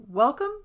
Welcome